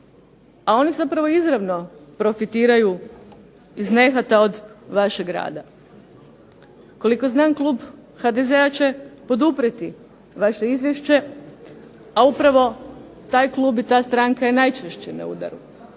a oni zapravo izravno profitiraju iz nehata od vašeg rada. Koliko znam klub HDZ-a će poduprijeti vaše izvješće, a upravo taj klub i ta stranka je najčešće na udaru.